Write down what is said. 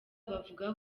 bavuga